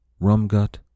Rumgut